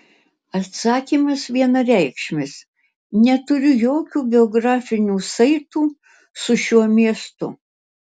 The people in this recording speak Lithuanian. atsakymas vienareikšmis neturiu jokių biografinių saitų su šiuo miestu